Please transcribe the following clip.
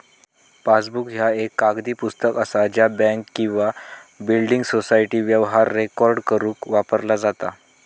passbook ह्या एक कागदी पुस्तक असा ज्या बँक किंवा बिल्डिंग सोसायटी व्यवहार रेकॉर्ड करुक वापरला जाता